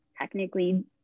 technically